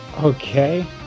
Okay